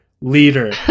leader